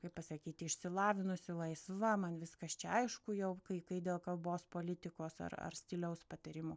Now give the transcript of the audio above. kaip pasakyti išsilavinusi laisva man viskas čia aišku jau kai kai dėl kalbos politikos ar ar stiliaus patarimų